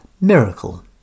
Miracle